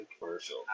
Commercial